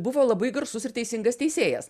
buvo labai garsus ir teisingas teisėjas